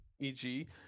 EG